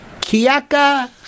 Kiaka